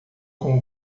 com